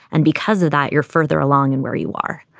and because of that, you're further along and where you are.